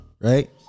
Right